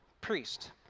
priest